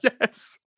Yes